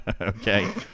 Okay